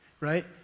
right